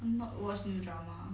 not watch new drama